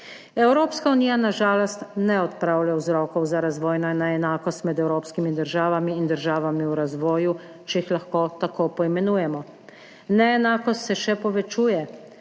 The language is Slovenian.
Evropska unija na žalost ne odpravlja vzrokov za razvojno neenakost med evropskimi državami in državami v razvoju, če jih lahko tako poimenujemo. Neenakost se še povečuje,